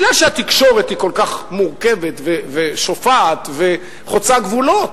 משום שהתקשורת היא כל כך מורכבת ושופעת וחוצה גבולות,